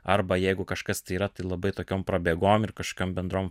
arba jeigu kažkas tai yra tai labai tokiom prabėgom ir kažkokiom bendrom